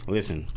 Listen